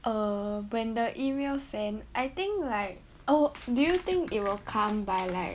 err when the email sent I think like oh do you think it will come by like